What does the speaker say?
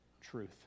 truth